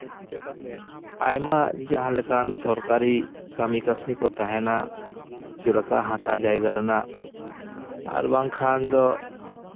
ᱟᱭᱢᱟ ᱡᱟᱦᱟᱸ ᱞᱮᱠᱟᱱ ᱥᱚᱨᱠᱟᱨᱤ ᱠᱟᱹᱢᱤ ᱠᱟᱹᱥᱱᱤ ᱠᱚ ᱛᱟᱦᱮᱱᱟ ᱪᱮᱫᱞᱮᱠᱟ ᱦᱟᱥᱟ ᱡᱟᱭᱜᱟ ᱨᱮᱱᱟᱜ ᱟᱨ ᱵᱟᱝᱠᱷᱟᱱ ᱫᱚ